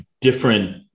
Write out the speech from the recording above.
different